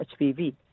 HPV